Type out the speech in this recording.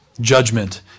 Judgment